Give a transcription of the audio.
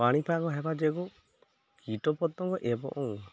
ପାଣିପାଗ ହେବା ଯୋଗୁଁ କୀଟ ପତଙ୍ଗ ଏବଂ